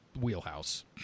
wheelhouse